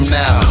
now